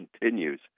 continues